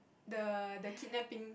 the the kidnapping